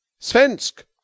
Svensk